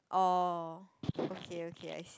orh okay okay I see